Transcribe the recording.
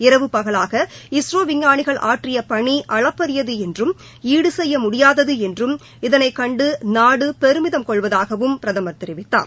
இரவு பகலாக இஸ்ரோ விஞ்ஞாளிகள் ஆற்றிய பனி அளப்பநியது என்றும் ஈடு செய்ய முடியாதது என்றும் இதனைக் கண்டு நாடு பெருமிதம் கொள்வதாகவும் பிரதமர் தெரிவித்தார்